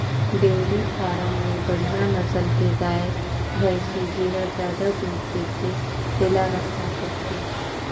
dairy farm में बड़िहा नसल के गाय, भइसी जेहर जादा दूद देथे तेला रखना परथे